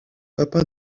papa